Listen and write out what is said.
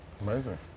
Amazing